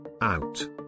Out